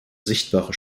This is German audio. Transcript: sichtbare